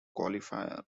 qualifier